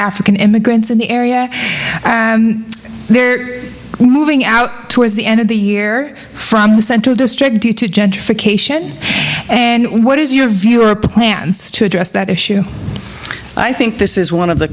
african immigrants in the area and they're moving out towards the end of the year from the central district d to judge for cation and what is your view of plans to address that issue i think this is one of the